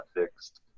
fixed